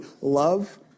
love